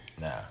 Nah